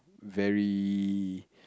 very